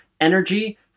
energy